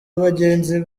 bagenzi